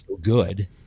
good